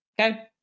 Okay